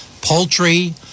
poultry